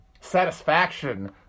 satisfaction